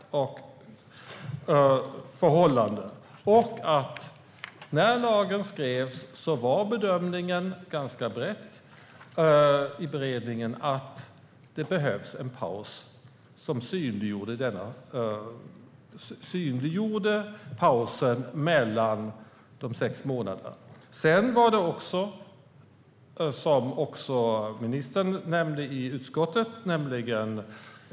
När lagen skrevs var bedömningen i beredningen ganska brett att det behövs en paus som synliggjorde glappet mellan sexmånadersperioderna. Sedan var det fråga om en utvärdering, som också ministern nämnde i utskottet.